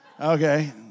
Okay